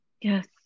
yes